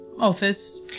Office